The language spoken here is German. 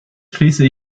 schließe